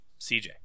cj